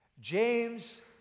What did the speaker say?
James